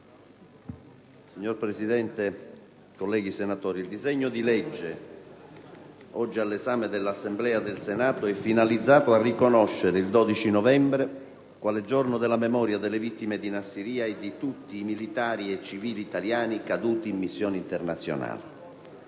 Signor Presidente, colleghi senatori, il disegno di legge oggi all'esame dell'Assemblea del Senato è finalizzato a riconoscere il 12 novembre quale Giorno della memoria delle vittime di Nassiriya e di tutti i militari e civili italiani caduti in missioni internazionali.